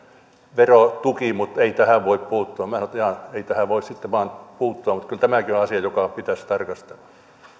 verotuki mutta ei tähän voi puuttua minä sanoin että jaa ei tähän voi sitten vain puuttua mutta kyllä tämäkin on asia jota pitäisi tarkastella